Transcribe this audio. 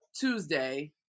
Tuesday